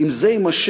אם זה יימשך